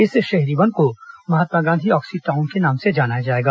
इस शहरी वन को महात्मा गांधी ऑक्सी टाउन के नाम से जाना जाएगा